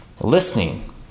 listening